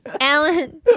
Alan